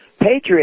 Patriot